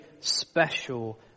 special